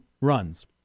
runs